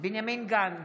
בנימין גנץ,